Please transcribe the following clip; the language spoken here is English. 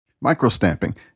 Micro-stamping